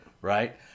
Right